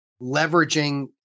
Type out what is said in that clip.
leveraging